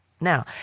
now